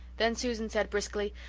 then susan said briskly,